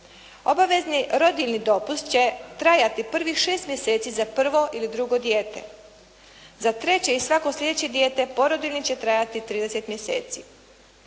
Obavezni rodiljni dopust će trajati prvih 6 mjeseci za prvo ili drugo dijete. Za treće i svako sljedeće dijete porodiljini će trajati 30 mjeseci.